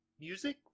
music